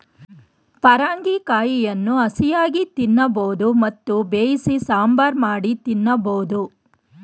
ಪರಂಗಿ ಕಾಯಿಯನ್ನು ಹಸಿಯಾಗಿ ತಿನ್ನಬೋದು ಮತ್ತು ಬೇಯಿಸಿ ಸಾಂಬಾರ್ ಮಾಡಿ ತಿನ್ನಬೋದು